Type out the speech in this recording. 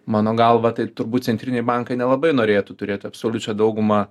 mano galva tai turbūt centriniai bankai nelabai norėtų turėti absoliučią daugumą